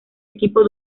equipo